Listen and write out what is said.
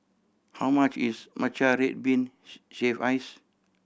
how much is matcha red bean shaved ice